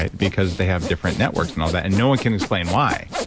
because they have different networks and all that, and no one can explain why.